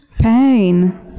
pain